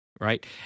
right